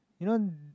you know